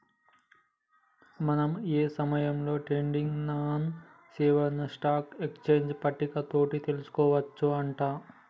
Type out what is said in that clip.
మనం ఏ సమయంలో ట్రేడింగ్ సానా సేవలను స్టాక్ ఎక్స్చేంజ్ పట్టిక తోటి తెలుసుకోవచ్చు అంట